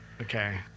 Okay